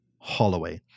Holloway